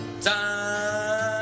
Time